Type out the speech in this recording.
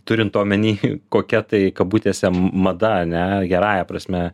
turint omeny kokia tai kabutėse mada ane gerąja prasme